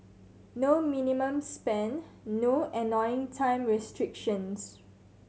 no minimum spend no annoying time restrictions